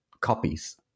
copies